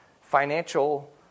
financial